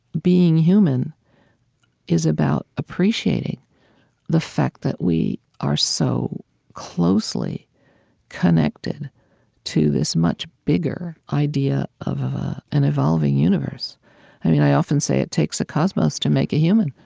being human is about appreciating the fact that we are so closely connected to this much bigger idea of an evolving universe i often say, it takes a cosmos to make a human.